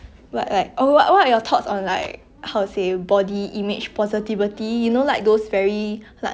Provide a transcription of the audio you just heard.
obese people they trying to promote body image positivity then like they post themselves in like